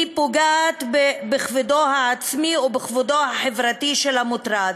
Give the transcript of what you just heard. היא פוגעת בכבודו העצמי ובכבודו החברתי של המוטרד,